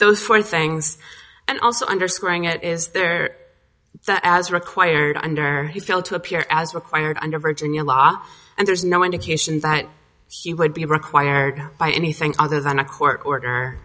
those four things and also underscoring it is there that as required under he failed to appear as required under virginia law and there's no indication that he would be required by anything other than a court order